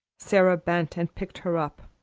sara bent and picked her up.